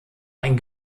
ein